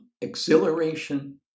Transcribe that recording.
exhilaration